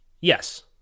Yes